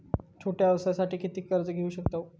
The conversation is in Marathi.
छोट्या व्यवसायासाठी किती कर्ज घेऊ शकतव?